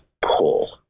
pull